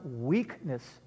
weakness